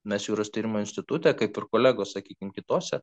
mes jūros tyrimų institute kaip ir kolegos sakykim kitose